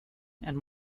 and